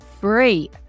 free